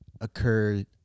occurred